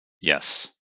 yes